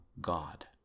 God